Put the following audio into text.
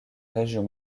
régions